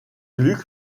gluck